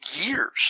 years